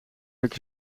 dat